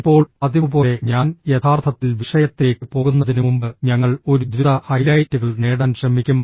ഇപ്പോൾ പതിവുപോലെ ഞാൻ യഥാർത്ഥത്തിൽ വിഷയത്തിലേക്ക് പോകുന്നതിനുമുമ്പ് ഞങ്ങൾ ഒരു ദ്രുത ഹൈലൈറ്റുകൾ നേടാൻ ശ്രമിക്കും